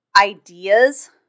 ideas